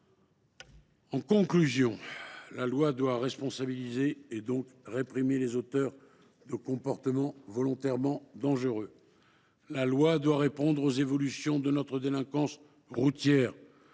En conclusion, la loi doit responsabiliser, donc réprimer les auteurs de comportements volontairement dangereux. La loi doit répondre aux évolutions de notre délinquance routière